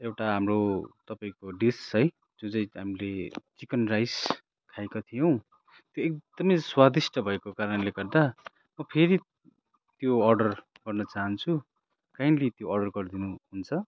एउटा हाम्रो तपाईँको डिस है जो चाहिँ हामीले चिकन राइस खाएका थियौँ त्यो एक्दमै स्वादिष्ट भएको कारणले गर्दा म फेरि त्यो अडर गर्न चाहन्छु काइन्ड्ली त्यो अडर गरिदिनुहुन्छ